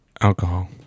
Alcohol